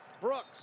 Brooks